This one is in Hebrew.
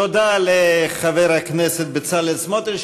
תודה לחבר הכנסת בצלאל סמוטריץ.